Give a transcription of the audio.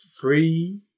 free